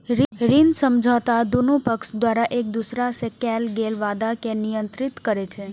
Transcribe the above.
ऋण समझौता दुनू पक्ष द्वारा एक दोसरा सं कैल गेल वादा कें नियंत्रित करै छै